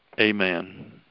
Amen